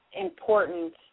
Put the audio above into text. important